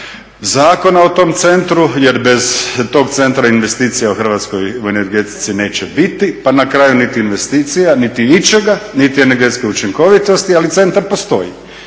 zakona o tom centru jer bez tog centra investicija u Hrvatskoj u energetici neće biti pa na kraju niti investicija niti ičega, niti energetske učinkovitosti ali centar postoji.